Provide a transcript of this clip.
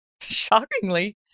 Shockingly